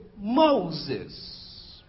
Moses